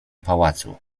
pałacu